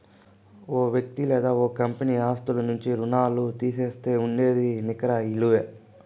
ఓ వ్యక్తి లేదా ఓ కంపెనీ ఆస్తుల నుంచి రుణాల్లు తీసేస్తే ఉండేదే నికర ఇలువ